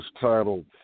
titled